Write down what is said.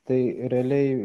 tai realiai